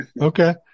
Okay